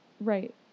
Right